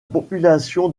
population